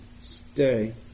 stay